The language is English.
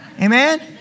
Amen